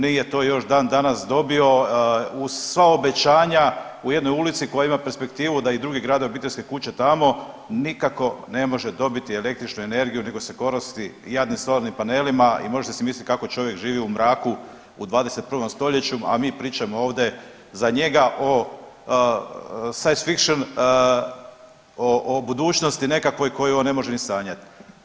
Nije to još dan danas dobio uz sva obećanja u jednoj ulici koja ima perspektivu da i drugi grade obiteljske kuće tamo nikako ne može dobiti električnu energiju nego se koristi jadnim solarnim panelima i možete si misliti kako čovjek živi u mraku u 21. stoljeću, a mi pričamo ovdje za njega o science fiction o budućnosti nekakvoj o kojoj on ne može niti sanjati.